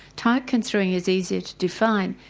time-construing is easier to define,